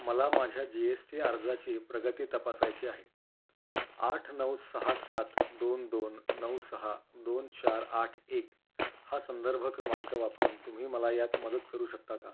मला माझ्या G S T अर्जाची प्रगती तपासायची आहे आठ नऊ सहा सात दोन दोन नऊ सहा दोन चार आठ एक हा संदर्भ क्रमांक वापरून तुम्ही मला यात मदत करू शकता का